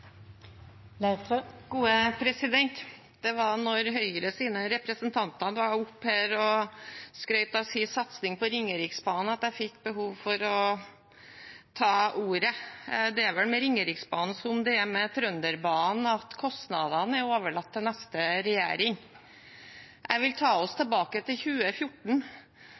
Ringeriksbanen at jeg fikk behov for å ta ordet. Det er vel med Ringeriksbanen som det er med Trønderbanen, at kostnadene er overlatt til neste regjering. Jeg vil ta oss tilbake til 2014.